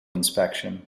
inspection